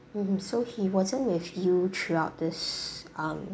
mmhmm so he wasn't with you throughout this um